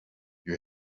you